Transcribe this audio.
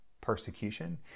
persecution